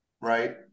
right